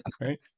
Right